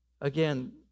Again